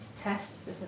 Tests